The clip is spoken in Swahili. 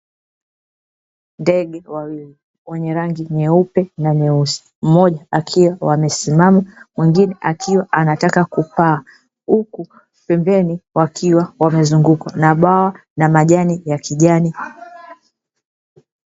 Ndege wawili wenye rangi nyeupe na nyeusi, mmoja akiwa amesimama mwingine akiwa anataka kupaa, huku pembeni wakiwa wamezungukwa na bwawa na majani ya kijani.